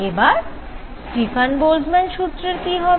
এবার Stefan Boltzmann সুত্রের Stefan Boltzmann's law কি হবে